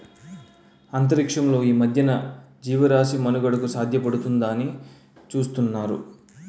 అంతరిక్షంలో ఈ మధ్యన జీవరాశి మనుగడకు సాధ్యపడుతుందాని చూతున్నారు